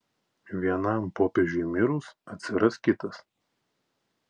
vienam popiežiui mirus atsiras kitas